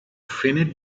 finite